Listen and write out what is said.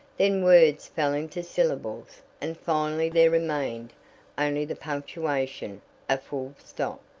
then words fell into syllables and finally there remained only the punctuation a full stop.